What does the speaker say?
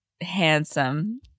handsome